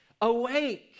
awake